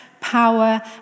power